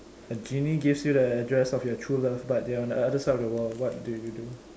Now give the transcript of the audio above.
a genie gives you the address of your true love but they are on the other side of the world what do you do